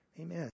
Amen